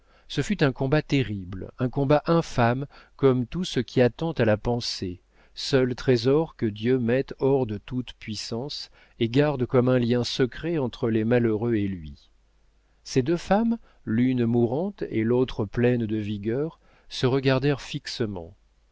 ce fut un combat terrible un combat infâme comme tout ce qui attente à la pensée seul trésor que dieu mette hors de toute puissance et garde comme un lien secret entre les malheureux et lui ces deux femmes l'une mourante et l'autre pleine de vigueur se regardèrent fixement